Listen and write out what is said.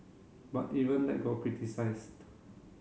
but even that got criticised